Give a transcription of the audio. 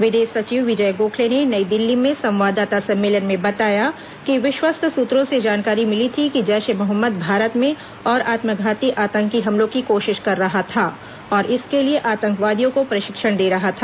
विदेश सचिव विजय गोखले ने नई दिल्ली में संवाददाता सम्मेलन में बताया कि विश्वस्त सुत्रों से जानकारी मिली थी कि जैश ए मोहम्मद भारत में और आत्मघाती आतंकी हमलों की कोशिश कर रहा था और इसके लिए आतंकवादियों को प्रशिक्षण दे रहा था